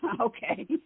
okay